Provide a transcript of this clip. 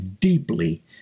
deeply